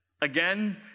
Again